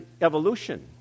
evolution